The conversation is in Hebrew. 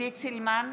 עידית סילמן,